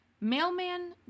mailman